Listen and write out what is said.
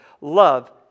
Love